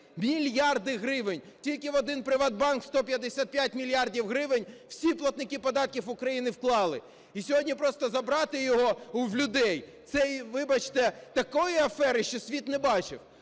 мільярди! – гривень. Тільки в один "ПриватБанк" 155 мільярдів гривень всі платники податків України вклали. І сьогодні просто забрати його в людей, це, вибачте, такої афери ще світ не бачив.